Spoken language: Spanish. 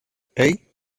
hey